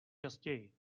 častěji